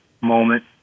moment